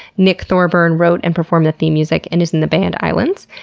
nick thorburn wrote and performed the theme music and is in the band islands.